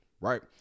Right